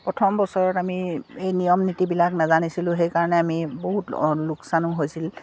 প্ৰথম বছৰত আমি এই নিয়ম নীতিবিলাক নাজানিছিলোঁ সেইকাৰণে আমি বহুত লোকচানো হৈছিল